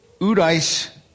Udice